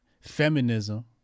feminism